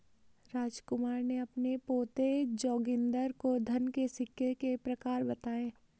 रामकुमार ने अपने पोते जोगिंदर को धन के सिक्के के प्रकार बताएं